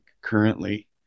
currently